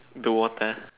the water